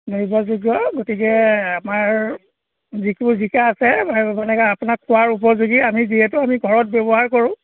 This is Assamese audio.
নিৰ্ভৰযোগ্য গতিকে আমাৰ যিটো জিকা আছে এই মানে কি আপোনাক খোৱাৰ উপযোগী আমি যিহেতু আমি ঘৰত ব্যৱহাৰ কৰোঁ